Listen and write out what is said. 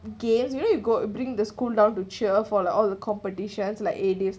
games you know you got bring the school down to cheer for like all the competitions like days